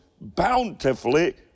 bountifully